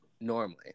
normally